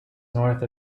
north